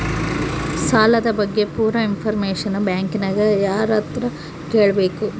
ಸಾಲದ ಬಗ್ಗೆ ಪೂರ ಇಂಫಾರ್ಮೇಷನ ಬ್ಯಾಂಕಿನ್ಯಾಗ ಯಾರತ್ರ ಕೇಳಬೇಕು?